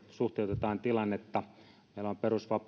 suhteutetaan tilannetta meillä on